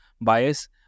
bias